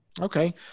Okay